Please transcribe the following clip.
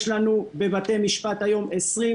יש לנו בבתי משפט היום 26